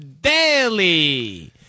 Daily